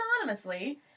anonymously